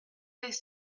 les